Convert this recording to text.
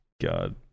god